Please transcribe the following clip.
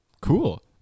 Cool